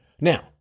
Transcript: Now